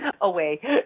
away